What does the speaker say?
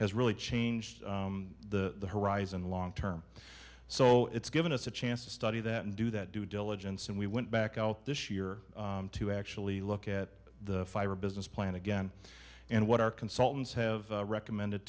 has really changed the horizon long term so it's given us a chance to study that and do that due diligence and we went back out this year to actually look at the fiber business plan again and what our consultants have recommended